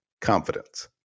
confidence